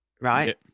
right